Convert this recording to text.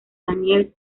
daniel